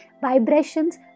vibrations